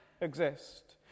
exist